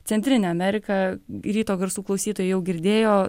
centrinę ameriką ryto garsų klausytojai jau girdėjo